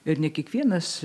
ir ne kiekvienas